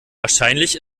wahrscheinlich